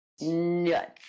nuts